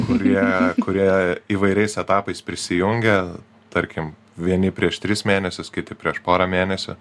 kurie kurie įvairiais etapais prisijungia tarkim vieni prieš tris mėnesius kiti prieš porą mėnesių